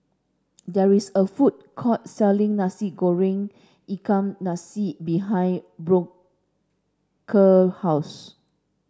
there is a food court selling Nasi Goreng Ikan Masin behind Booker house